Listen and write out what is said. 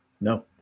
No